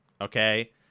Okay